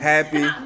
Happy